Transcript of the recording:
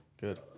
Good